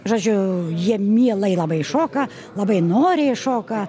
žodžiu jie mielai labai šoka labai noriai šoka